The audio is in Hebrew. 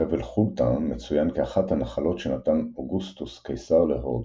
חבל "חולתא" מצוין כאחת הנחלות שנתן אוגוסטוס קיסר להורדוס.